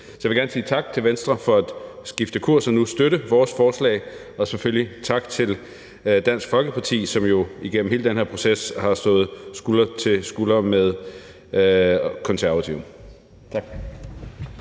Så jeg vil gerne sige tak til Venstre for at skifte kurs og nu støtte vores forslag og selvfølgelig tak til Dansk Folkeparti, som jo igennem hele den her proces har stået skulder ved skulder med Konservative. Kl.